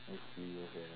eh serious ah